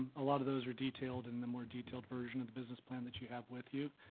a lot of those are detailed in the more detailed version of the business plan that you have with you.